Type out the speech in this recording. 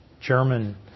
German